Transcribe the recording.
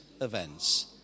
events